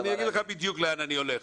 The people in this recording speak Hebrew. אני אגיד לך בדיוק לאן אני הולך.